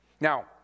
Now